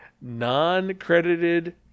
non-credited